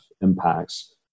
impacts